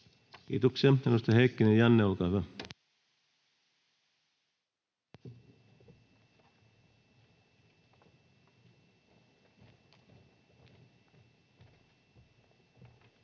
Kiitoksia. — Edustaja Heikkinen, Janne, olkaa hyvä. Arvoisa